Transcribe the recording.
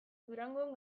durangon